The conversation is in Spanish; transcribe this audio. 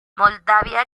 moldavia